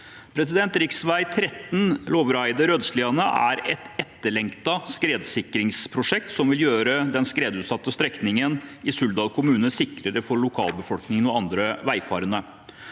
Rv. 13 Lovraeidet–Rødsliane er et etterlengtet skredsikringsprosjekt som vil gjøre den skredutsatte strekningen i Suldal kommune sikrere for lokalbefolkningen og andre veifarende.